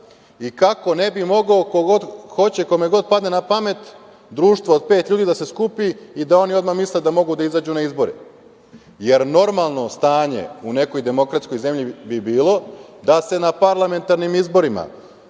i kako ne bi mogao ko god hoće, kome god padne na pamet društvo od pet ljudi da se skupi i da oni misle da mogu da izađu na izbore, jer normalno stanje u nekoj demokratskoj zemlji bi bilo da se na parlamentarnim izborima